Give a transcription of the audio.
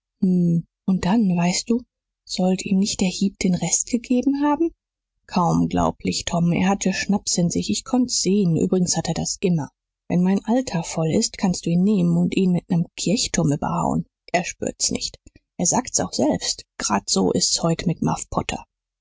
und dann weißt du sollt ihm nicht der hieb den rest gegeben haben kaum glaublich tom er hatte schnaps in sich ich konnt's sehen übrigens hat er das immer wenn mein alter voll ist kannst du ihn nehmen und ihn mit nem kirchturm überhauen er spürt's nicht er sagt's auch selbst grad so ist's heut mit muff potter